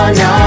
no